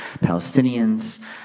Palestinians